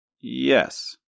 yes